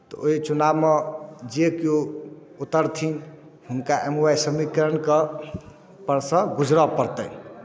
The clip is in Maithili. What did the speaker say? तऽ ओहि चुनावमे जे केओ उतरथिन हुनका एम वाय समीकरण कऽ परसँ गुजरय पड़तनि